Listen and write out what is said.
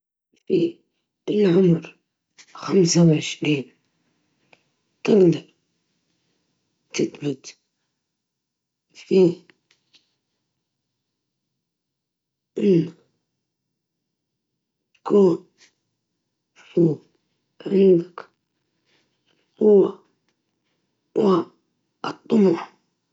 نختار عمر تلاتين، لأنه فيه توازن بين القوة والعقل والنضج.